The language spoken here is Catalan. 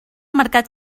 mercat